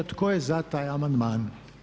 Tko je za taj amandman?